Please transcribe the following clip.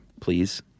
please